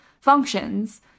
functions